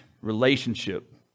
relationship